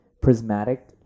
prismatic